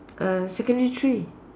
uh secondary three